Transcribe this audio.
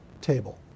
table